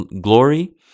glory